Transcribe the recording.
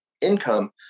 income